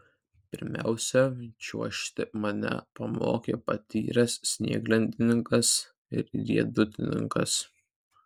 pirmiausia čiuožti mane pamokė patyręs snieglentininkas ir riedutininkas